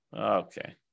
Okay